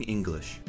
English